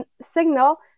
signal